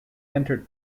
entered